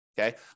Okay